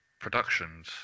productions